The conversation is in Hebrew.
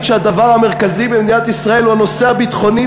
שהדבר המרכזי במדינת ישראל הוא הנושא הביטחוני,